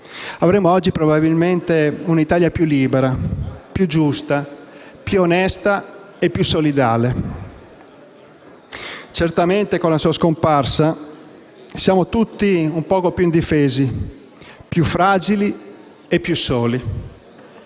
Avremmo oggi probabilmente un'Italia più libera e più giusta, più onesta e più solidale. Certamente con la sua scomparsa siamo tutti un po' più indifesi, più fragili e più soli.